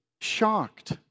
shocked